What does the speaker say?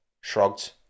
shrugged